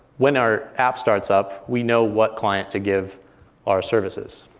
when our app starts up, we know what client to give our services.